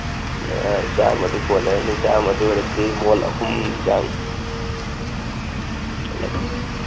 ꯑ ꯆꯥꯝꯃꯗꯣ ꯀꯣꯅꯔꯅꯤ ꯆꯥꯝꯃꯗꯣ ꯑꯣꯏꯔꯗꯤ ꯃꯣꯟ ꯑꯍꯨꯝꯒꯤ ꯆꯥꯡ